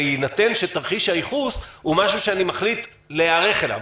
בהינתן שתרחיש הייחוס הוא משהו שאני מחליט להיערך אליו.